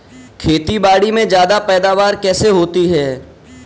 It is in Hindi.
खेतीबाड़ी में ज्यादा पैदावार कैसे होती है?